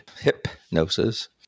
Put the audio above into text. Hypnosis